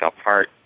apart